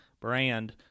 brand